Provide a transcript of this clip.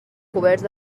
coberts